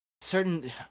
certain